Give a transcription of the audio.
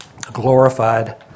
glorified